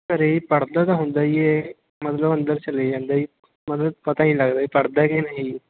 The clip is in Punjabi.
ਘਰ ਪੜ੍ਹਦਾ ਤਾਂ ਹੁੰਦਾ ਜੀ ਇਹ ਮਤਲਬ ਅੰਦਰ ਚਲੇ ਜਾਂਦਾ ਜੀ ਮਤਲਬ ਪਤਾ ਹੀ ਨਹੀਂ ਲੱਗਦਾ ਪੜ੍ਹਦਾ ਏ ਕਿ ਨਹੀਂ ਜੀ